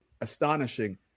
astonishing